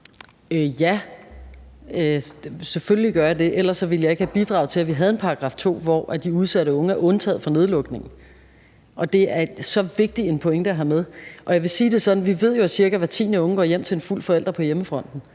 Ja, selvfølgelig gør jeg det. Ellers ville jeg ikke have bidraget til, at vi har en § 2, hvor de udsatte unge er undtaget for nedlukningen. Det er en så vigtig pointe at have med. Jeg vil sige det sådan, at vi jo ved, at cirka hver tiende ung går hjem til en fuld forælder på hjemmefronten.